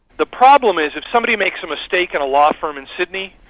the problem is, if somebody makes a mistake in a law firm in sydney,